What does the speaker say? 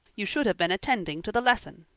you should have been attending to the lesson.